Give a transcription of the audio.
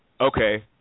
okay